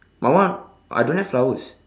mine one I don't have flowers